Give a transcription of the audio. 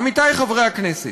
עמיתי חברי הכנסת,